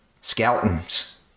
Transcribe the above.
skeletons